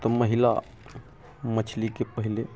तऽ महिला मछलीके पहिले